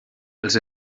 els